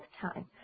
time